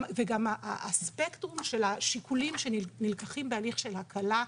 וגם הספקטרום של השיקולים שנלקחים בהליך של הקלה,